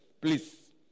Please